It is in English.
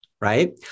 Right